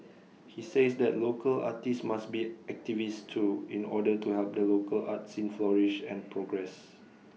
he says that local artists must be activists too in order to help the local art scene flourish and progress